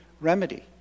remedy